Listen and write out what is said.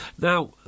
Now